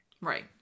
Right